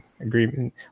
agreement